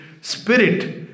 spirit